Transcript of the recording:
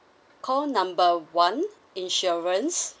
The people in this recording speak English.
call number one insurance